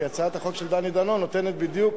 כי הצעת החוק של דני דנון נותנת בדיוק